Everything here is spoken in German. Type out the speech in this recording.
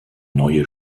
neue